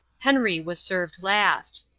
henry was served last.